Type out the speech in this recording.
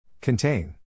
Contain